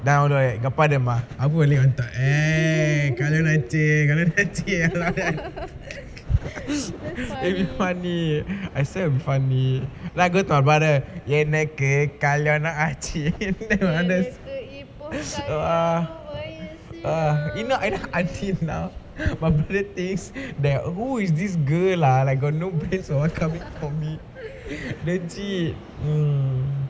நா ஒரு எங்கப்பா தெரிமா:naa oru engappaa abu வெளிய வன்ட்டா:veliya vantaa eh கல்யானாச்சு கல்யானச்சு:kalyaanaachu kalyaanaachu very funny I swear I'm funny like I go to my brother எனக்கு கல்யாண ஆச்சு:enakku kalyaana aachu !wah! uh uh you know you know until now my brother thinks that who is this girl lah like got no brains or what coming for me legit mm